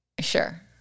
Sure